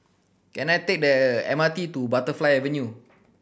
can I take the M R T to Butterfly Avenue